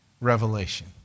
revelation